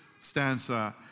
stanza